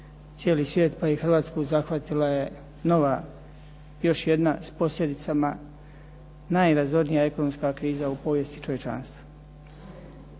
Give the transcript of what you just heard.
cijeli svijet pa i Hrvatsku zahvatila je nova još jedna s posljedicama najrazornija ekonomska kriza u povijesti čovječanstva.